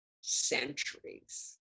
centuries